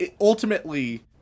Ultimately